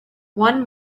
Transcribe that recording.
one